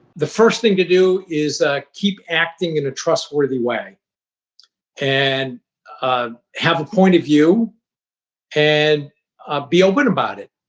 the first thing to do is keep acting in a trustworthy way and ah have a point of view and be open about it.